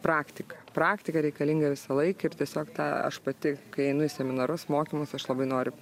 praktika praktika reikalinga visąlaik ir tiesiog tą aš pati kai einu į seminarus mokymus aš labai noriu